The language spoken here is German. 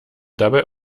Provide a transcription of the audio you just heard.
dabei